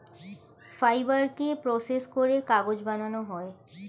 ফাইবারকে প্রসেস করে কাগজ বানানো হয়